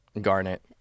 Garnet